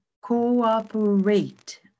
cooperate